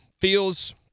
feels